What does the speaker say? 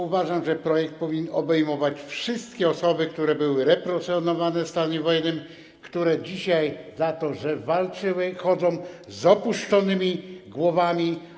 Uważam, że projekt powinien obejmować wszystkie osoby, które były represjonowane w stanie wojennym, które dzisiaj z powodu tego, że walczyły, chodzą z opuszczonymi głowami.